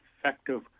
effective